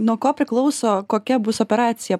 nuo ko priklauso kokia bus operacija